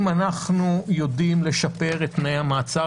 אם אנחנו יודעים לשפר את תנאי המעצר,